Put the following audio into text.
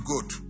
good